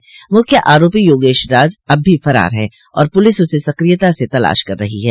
प्रमुख आरोपी योगेश राज अब भी फरार है और पुलिस उसे सक्रियता से तलाश कर रही है